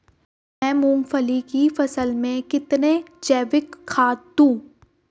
मैं मूंगफली की फसल में कितनी जैविक खाद दूं?